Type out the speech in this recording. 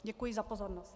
Děkuji za pozornost.